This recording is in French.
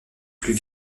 plus